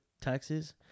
taxes